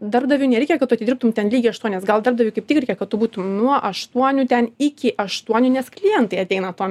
darbdaviui nereikia kad tu atidirbtum ten lygiai aštuonias gal darbdaviui kaip tik reikia kad tu būtum nuo aštuonių ten iki aštuonių nes klientai ateina tuo